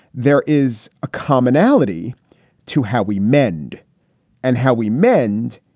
there is a commonality to how we mend and how we mend.